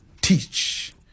teach